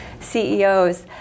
CEOs